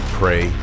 pray